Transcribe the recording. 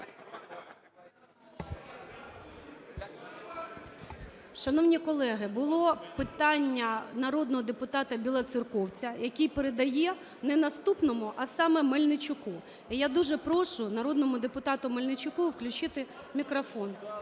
Шановні колеги, було питання народного депутата Білоцерковця, який передає не наступному, а саме Мельничуку. І я дуже прошу народному депутату Мельничуку включити мікрофон,